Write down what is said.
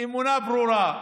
אמונה ברורה.